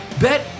Bet